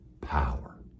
power